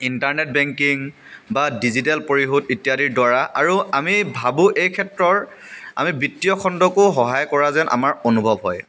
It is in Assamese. ইণ্টাৰনেট বেংকিং বা ডিজিটেল পৰিশোধ ইত্যাদিৰ দ্বাৰা আৰু আমি ভাবোঁ এই ক্ষেত্ৰৰ আমি বিত্তীয় খণ্ডকো সহায় কৰা যেন আমাৰ অনুভৱ হয়